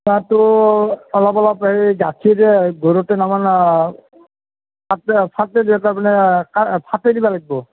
চুঙাটো অলপ অলপ হেই যাঠিৰে ফাটাই দিব লাগবো